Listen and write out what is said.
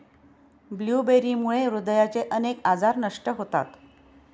ब्लूबेरीमुळे हृदयाचे अनेक आजार नष्ट होतात